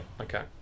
okay